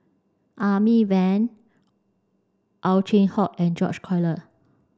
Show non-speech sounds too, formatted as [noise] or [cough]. [unintelligible] Van Ow Chin Hock and George Collyer